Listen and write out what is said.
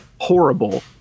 horrible